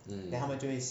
mm